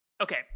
Okay